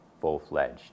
full-fledged